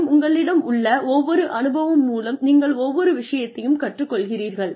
மேலும் உங்களிடம் உள்ள ஒவ்வொரு அனுபவம் மூலம் நீங்கள் ஒவ்வொரு விஷயத்தையும் கற்றுக் கொள்கிறீர்கள்